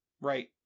Right